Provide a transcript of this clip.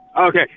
Okay